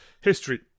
history